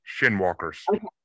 Shinwalkers